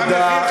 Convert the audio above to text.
תודה.